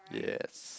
yes